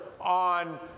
on